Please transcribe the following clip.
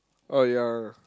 oh ya